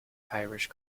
irish